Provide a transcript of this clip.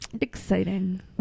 Exciting